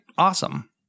Awesome